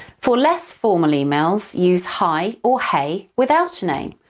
for less formal emails, use hi or hey without a name,